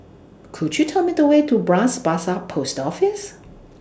Could YOU Tell Me The Way to Bras Basah Post Office